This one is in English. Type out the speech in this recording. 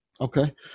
Okay